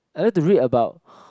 I like to read about